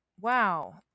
wow